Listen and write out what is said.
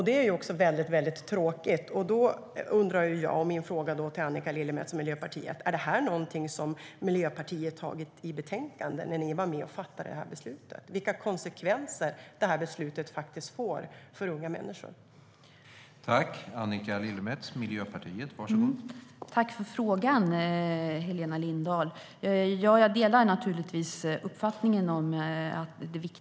Det är väldigt tråkigt.